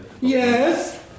Yes